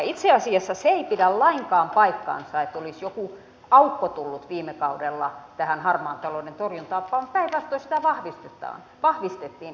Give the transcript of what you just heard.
itse asiassa se ei pidä lainkaan paikkaansa että olisi joku aukko tullut viime kaudella tähän harmaan talouden torjuntaan vaan päinvastoin sitä vahvistettiin